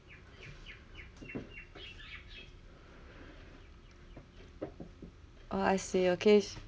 oh I see okay